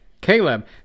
Caleb